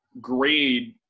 grade